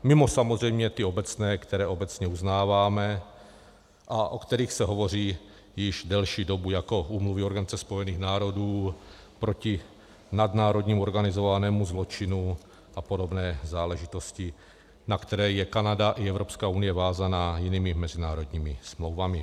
Mimo samozřejmě ty obecné, které obecně uznáváme a o kterých se hovoří již delší dobu, jako Úmluva Organizace spojených národů proti nadnárodnímu organizovanému zločinu a podobné záležitosti, na které je Kanada i Evropská unie vázána jinými mezinárodními smlouvami.